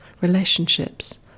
relationships